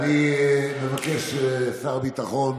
מבקש שר הביטחון